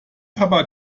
papa